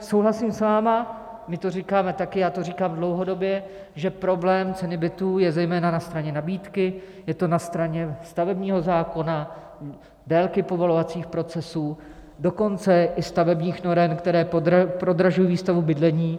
Souhlasím s vámi, my to říkáme také, já to říkám dlouhodobě, že problém ceny bytů je zejména na straně nabídky, je to na straně stavebního zákona, délky povolovacích procesů, dokonce i stavebních norem, které prodražují výstavbu bydlení.